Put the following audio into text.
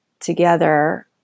together